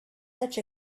such